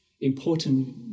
important